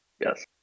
yes